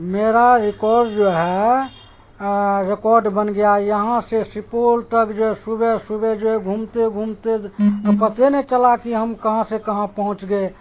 میرا ریکارڈ جو ہے ریکارڈ بن گیا یہاں سے سپول تک جو ہے صبح صبح جو ہے گھومتے گھومتے پتے نے چلا کہ ہم کہاں سے کہاں پہنچ گئے